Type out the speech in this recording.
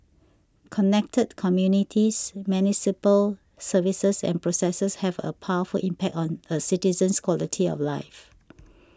connected communities municipal services and processes have a powerful impact on a citizen's quality of life